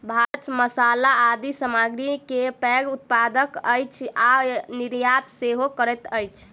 भारत मसाला आदि सामग्री के पैघ उत्पादक अछि आ निर्यात सेहो करैत अछि